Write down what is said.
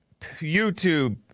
YouTube